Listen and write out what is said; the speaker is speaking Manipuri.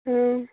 ꯎꯝ